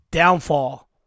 Downfall